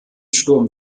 sturm